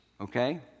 Okay